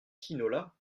quinola